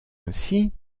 ainsi